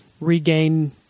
regain